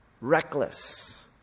reckless